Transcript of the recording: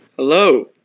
Hello